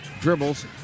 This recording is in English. dribbles